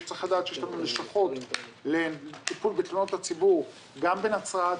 וצריך לדעת שיש לנו לשכות לטיפול בתלונות הציבור גם בנצרת,